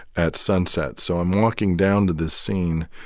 at sunset. so i'm walking down to this scene,